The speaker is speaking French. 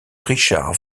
richard